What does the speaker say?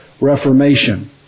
Reformation